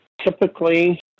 Typically